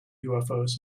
ufos